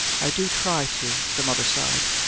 i do try to, the mother sighed.